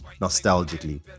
nostalgically